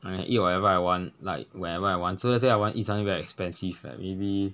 I can eat whatever I want like wherever I want so let's say I want eat something very expensive maybe